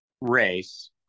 race